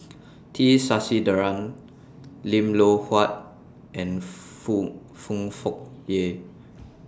T Sasitharan Lim Loh Huat and Foong Foong Fook Kay